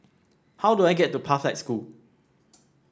how do I get to Pathlight School